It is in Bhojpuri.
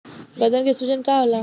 गदन के सूजन का होला?